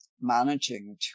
managing